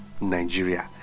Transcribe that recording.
Nigeria